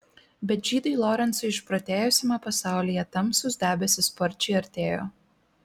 bet žydui lorencui išprotėjusiame pasaulyje tamsūs debesys sparčiai artėjo